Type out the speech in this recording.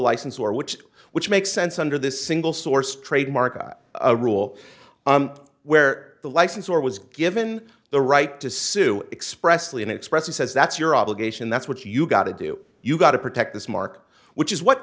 license or which which makes sense under this single source trademark a rule where the license or was given the right to sue expressly inexpressive says that's your obligation that's what you got do you got to protect this mark which is what